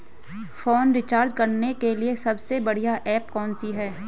Phone recharge करने के लिए सबसे बढ़िया ऐप कौन सी है?